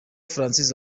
francis